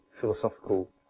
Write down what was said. philosophical